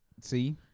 See